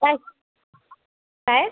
काय काय